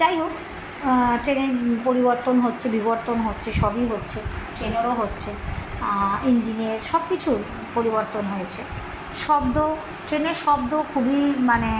যাই হোক ট্রেনের পরিবর্তন হচ্ছে বিবর্তন হচ্ছে সবই হচ্ছে ট্রেনেরও হচ্ছে ইঞ্জিনের সব কিছুর পরিবর্তন হয়েছে শব্দ ট্রেনের শব্দও খুবই মানে